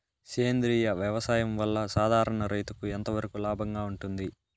సేంద్రియ వ్యవసాయం వల్ల, సాధారణ రైతుకు ఎంతవరకు లాభంగా ఉంటుంది?